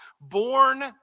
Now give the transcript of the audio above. Born